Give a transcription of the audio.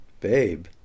Babe